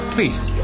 Please